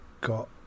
got